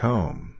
Home